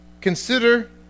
Consider